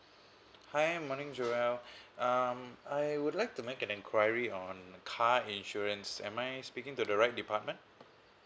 hi morning joel um I would like to make an enquiry on car insurance am I speaking to the right department